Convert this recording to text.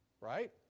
Right